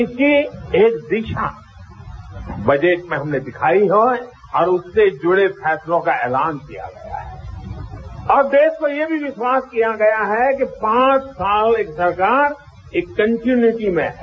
इसकी एक दिशा बजट में हमनें दिखाई है और उससे जुड़े फैसलों का ऐलान किया गया है और देश को ये भी विश्वास दिया गया है कि पांच साल एक सरकार एक कन्टीन्यूटी में है